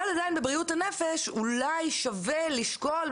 עדיין בבריאות הנפש אולי שווה לשקול,